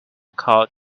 called